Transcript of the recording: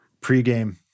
Pre-game